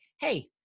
Hey